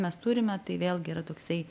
mes turime tai vėlgi yra toksai